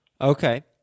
Okay